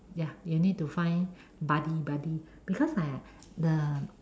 ya you need to find buddy buddy because uh the